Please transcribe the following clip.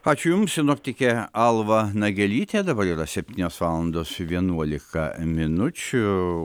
ačiū jums sinoptikė alva nagelytė dabar yra septynios valandos vienuolika minučių